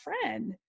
friend